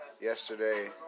yesterday